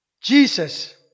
Jesus